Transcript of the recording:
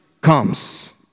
comes